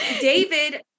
David